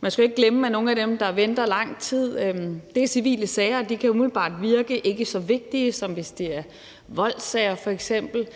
Man skal jo ikke glemme, at nogle af dem, der venter lang tid, er civile sager, og de kan umiddelbart virke som ikke så vigtige, som hvis det f.eks. er voldssager.